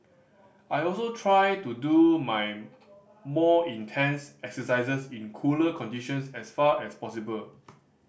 I also try to do my more intense exercises in cooler conditions as far as possible